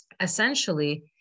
essentially